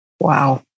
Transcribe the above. Wow